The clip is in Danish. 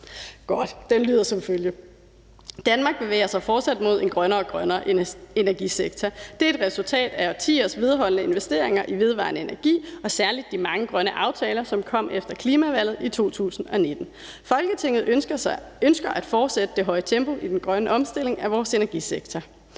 vedtagelse »Danmark bevæger sig fortsat mod en grønnere og grønnere energisektor. Det er et resultat af årtiers vedholdende investeringer i vedvarende energi og særligt de mange grønne aftaler, som kom efter klimavalget i 2019. Folketinget ønsker at fortsætte det høje tempo i den grønne omstilling af vores energisektor.